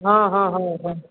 हँ हँ हँ हँ